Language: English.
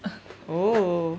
oh